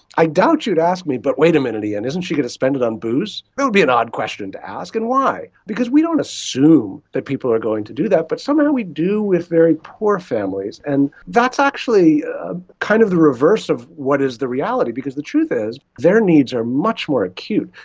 i doubt you'd asked me, but wait a minute, ian, isn't she going to spend it on booze? it would be an odd question to ask. and why? because we don't assume that people are going to do that, but somehow we do with very poor families. and that's actually kind of the reverse of what is the reality, because the truth is their needs are much more acute.